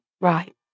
Right